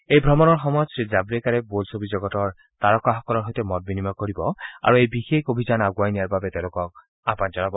এই ভ্ৰমণৰ সময়ত শ্ৰীজাভড়েকাৰে বোলছবি উদ্যোগৰ শীৰ্ষ তাৰকাসকলৰ সৈতে মত বিনিময় কৰিব আৰু এই বিশেষ অভিযান আগুৱাই নিয়াৰ বাবে তেওঁলোকক আহান জনাব